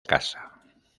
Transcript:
casa